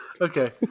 Okay